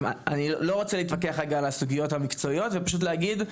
אני לא רוצה להתווכח כרגע על הסוגיות המקצועיות ופשוט להגיד,